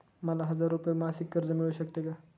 मला हजार रुपये मासिक कर्ज मिळू शकते का?